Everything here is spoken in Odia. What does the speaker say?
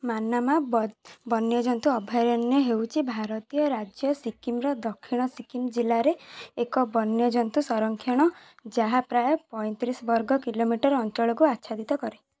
ମାନାମା ବନ୍ୟଜନ୍ତୁ ଅଭୟାରଣ୍ୟ ହେଉଛି ଭାରତୀୟ ରାଜ୍ୟ ସିକିମର ଦକ୍ଷିଣ ସିକିମ ଜିଲ୍ଲାରେ ଏକ ବନ୍ୟଜନ୍ତୁ ସଂରକ୍ଷଣ ଯାହା ପ୍ରାୟ ପଇଁତିରିଶ ବର୍ଗ କିଲୋମିଟର ଅଞ୍ଚଳକୁ ଆଚ୍ଛାଦିତ କରେ